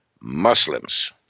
Muslims